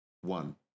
One